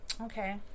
okay